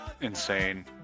insane